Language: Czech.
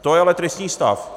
To je ale tristní stav.